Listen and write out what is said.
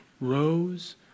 rose